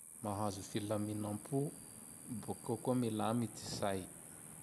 Mahazo filaminam-po boko koa milamy ty say.